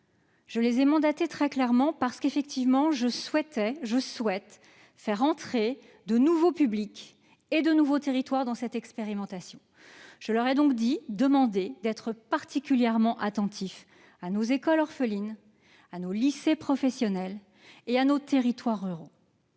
J'ai très clairement mandaté ces dernières, parce que je souhaite faire entrer de nouveaux publics et de nouveaux territoires dans cette expérimentation. Je leur ai donc demandé d'être particulièrement attentives à nos écoles orphelines, à nos lycées professionnels et à nos territoires ruraux.